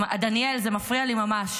דניאל, זה מפריע לי ממש.